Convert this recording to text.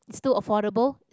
it's still affordable